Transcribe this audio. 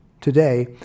Today